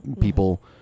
people